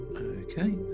Okay